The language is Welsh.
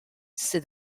sydd